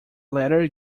letter